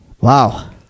Wow